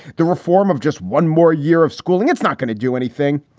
the reform of just one more year of schooling, it's not going to do anything.